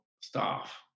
staff